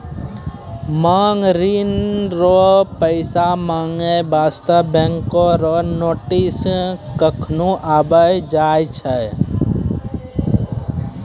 मांग ऋण रो पैसा माँगै बास्ते बैंको रो नोटिस कखनु आबि जाय छै